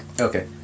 Okay